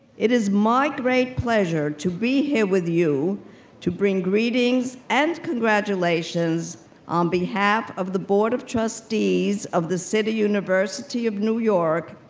it is my great pleasure to be here with you to bring greetings and congratulations on behalf of the board of trustees of the city university of new york,